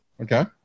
Okay